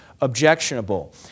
objectionable